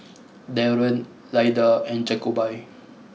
Daron Lyda and Jacoby